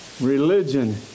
religion